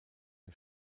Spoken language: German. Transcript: der